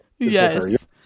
yes